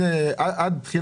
על המע"מ אתה מזכה,